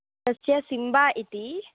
तस्य सिम्बा इति